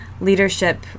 leadership